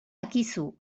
akizu